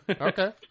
Okay